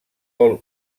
hall